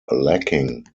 lacking